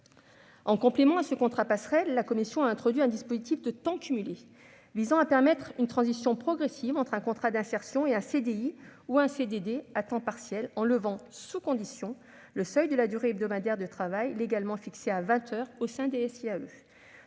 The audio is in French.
En complément à ce « contrat passerelle », la commission a introduit un dispositif de « temps cumulé », qui vise à permettre une transition progressive entre un contrat d'insertion et un CDI ou un CDD à temps partiel en levant, sous conditions, le seuil de la durée hebdomadaire de travail au sein des SIAE,